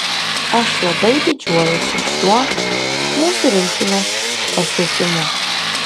aš labai didžiuojuosi šiuo mūsų rinktinės pasiekimu